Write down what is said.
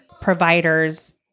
providers